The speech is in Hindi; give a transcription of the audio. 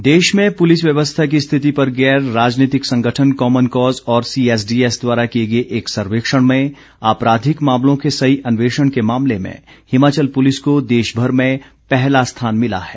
पुलिस रिपोर्ट देश में पुलिस व्यवस्था की स्थिति पर गैर राजनीतिक संगठन कॉमन कॉज़ और सीएसडीएस द्वारा किए गए एक सर्वेक्षण में आपराधिक मामलों के सही अन्वेषण के मामले में हिमाचल पुलिस को देशभर में पहला स्थान मिला है